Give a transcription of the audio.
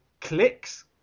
clicks